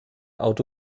auto